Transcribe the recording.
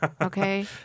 Okay